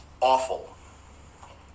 Awful